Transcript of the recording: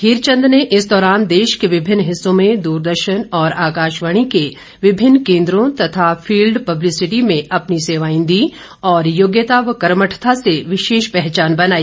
हीरचंद ने इस दौरान देश के विभिन्न हिस्सों में दूरदर्शन और आकशवाणी के विभिन्न केन्द्रों तथा फिल्ड पब्लिसिटी में अपनी सेवाएं दी और योग्यता व कर्मठता से विशेष पहचान बनाई